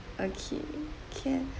okay can